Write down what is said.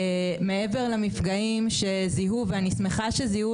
מעבר למפגעים שזיהו ואני שמחה שזיהו